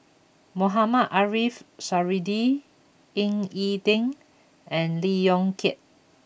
Mohamed Ariff Suradi Ying E Ding and Lee Yong Kiat